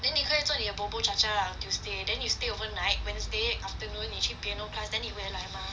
then 你可以做你的 buburchacha tuesday then you stay overnight wednesday afternoon 你去 piano class then 你回来 mah